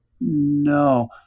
No